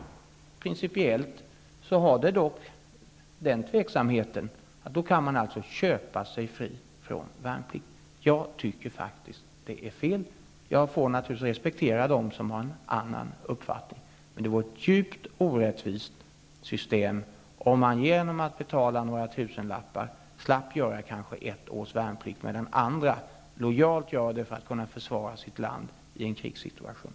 Det finns emellertid en principiell tveksamhet i fråga om detta, eftersom man då kan köpa sig fri från värnplikt. Jag tycker faktiskt att det är fel. Jag får naturligtvis respektera dem som har en annan uppfattning. Men systemet skulle vara djupt orättvist om någon genom att betala några tusenlappar slapp göra kanske ett års värnplikt, medan andra lojalt gör sin värnplikt för att kunna försvara sitt land i en krigssituation.